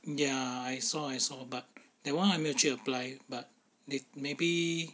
ya I saw I saw but that one I 没有去 apply but they maybe